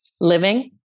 Living